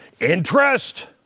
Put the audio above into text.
interest